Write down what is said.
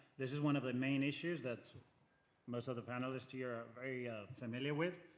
this is one of the main issues that most of the panelists here are very familiar with.